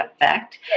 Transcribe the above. Effect